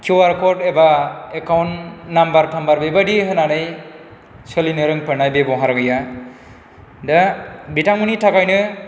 QR code एबा account number थाम्बार बेबायदि होनानै सोलिनो रोंफानाय बेबहार गैया दा बिथांमोननि थाखायनो